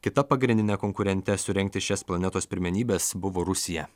kita pagrindinė konkurentė surengti šias planetos pirmenybes buvo rusija